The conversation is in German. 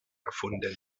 erfunden